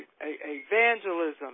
evangelism